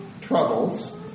troubles